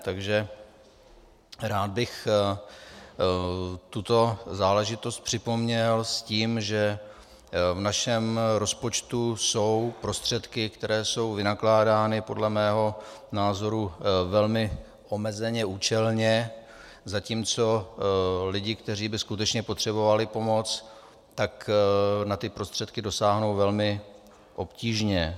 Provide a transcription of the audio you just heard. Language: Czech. Takže rád bych tuto záležitost připomněl s tím, že v našem rozpočtu jsou prostředky, které jsou vynakládány podle mého názoru velmi omezeně účelně, zatímco lidi, kteří by skutečně potřebovali pomoc, na ty prostředky dosáhnou velmi obtížně.